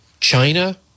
China